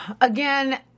Again